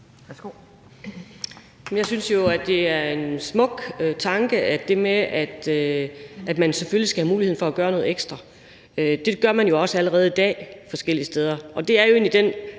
Jeg synes jo, at det er en smuk tanke, altså det med, at man selvfølgelig skal have muligheden for at gøre noget ekstra. Det gør man jo også allerede i dag forskellige steder. Det er jo egentlig den